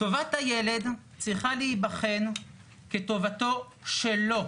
טובת הילד צריכה להיבחן כטובתו שלו,